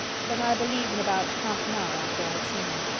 but i believe in about half an hour after i had seen you.